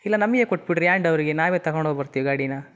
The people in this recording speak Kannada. ಇಲ್ಲ ನಮಗೇ ಕೊಟ್ಟುಬಿಡ್ರಿ ಹ್ಯಾಂಡ್ ಓವರಿಗೆ ನಾವೇ ತಗೊಂಡು ಹೋಗಿ ಬರ್ತೀವಿ ಗಾಡಿನ